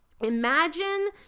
imagine